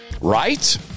Right